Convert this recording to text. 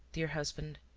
dear husband.